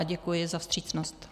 Děkuji za vstřícnost.